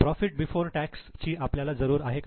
profit before tax ची आपल्याला जरूर आहे का